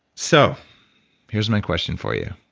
so here's my question for you.